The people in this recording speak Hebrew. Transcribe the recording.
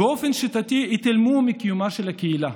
באופן שיטתי התעלמו מקיומה של הקהילה.